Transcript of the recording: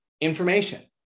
information